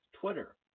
Twitter